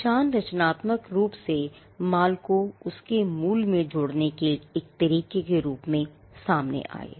निशान रचनात्मक रूप से माल को उसके मूल में जोड़ने का एक तरीके के रूप में आए